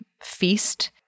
feast